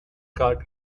card